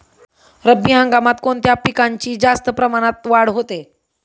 रब्बी हंगामात कोणत्या पिकांची जास्त प्रमाणात वाढ होते?